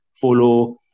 follow